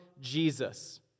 Jesus